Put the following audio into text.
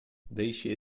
deixe